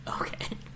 Okay